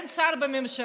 אין שר באולם,